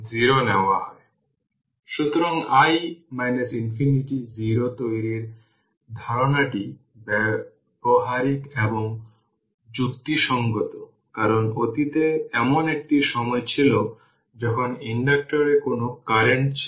সুতরাং যদি আমি এই এক্সপ্রেশন এ আসি এই ইকুয়েশনটি এখন কেবলমাত্র ইন্টিগ্রেশন করা হয়েছে